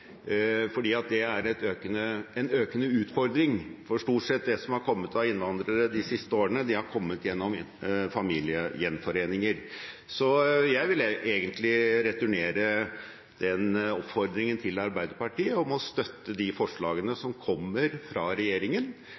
fordi det er en økende utfordring. Det som har kommet av innvandrere de siste årene, har stort sett vært gjennom familiegjenforeninger. Så jeg vil returnere den oppfordringen til Arbeiderpartiet – om å støtte de forslagene som kommer fra regjeringen,